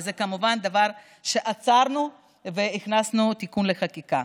וזה כמובן דבר שעצרנו והכנסנו תיקון לחקיקה.